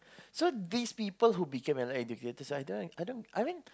so these people who became Allied-Educators I don't I mean